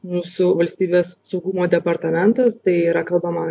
mūsų valstybės saugumo departamentas tai yra kalbama